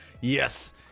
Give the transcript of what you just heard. Yes